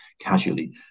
casually